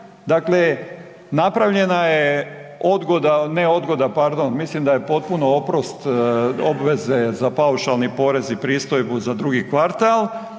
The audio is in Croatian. Dakle, napravljena je odgoda, ne odgoda pardon, mislim da je potpuno oprost obveze za paušalni porez i pristojbu za drugi kvartal,